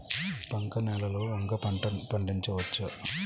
బంక నేలలో వంగ పంట పండించవచ్చా?